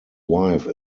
wife